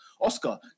Oscar